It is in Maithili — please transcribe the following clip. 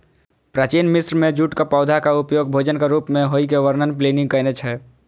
प्राचीन मिस्र मे जूटक पौधाक उपयोग भोजनक रूप मे होइ के वर्णन प्लिनी कयने छै